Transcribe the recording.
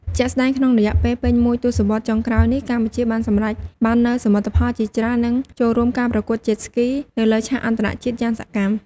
ជាក់ស្តែងក្នុងរយៈពេលពេញមួយទសវត្សរ៍ចុងក្រោយនេះ កម្ពុជាបានសម្រេចបាននូវសមិទ្ធផលជាច្រើន និងចូលរួមការប្រកួត Jet Ski នៅលើឆាកអន្តរជាតិយ៉ាងសកម្ម។